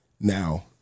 Now